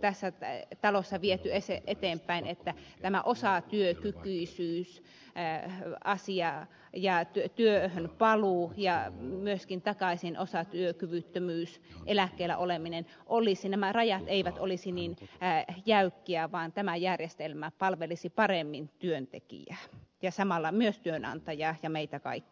tässä talossa viety eteenpäin että tämän osatyökykyisyysasian ja työhön paluun ja myöskin takaisin osatyökyvyttömyys eläkkeellä olemisen rajat eivät olisi niin jäykkiä vaan tämä järjestelmä palvelisi paremmin työntekijää ja samalla myös työnantajaa ja meitä kaikkia